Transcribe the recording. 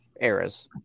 eras